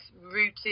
rooted